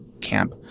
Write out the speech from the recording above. camp